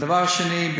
הדבר השני,